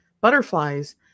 butterflies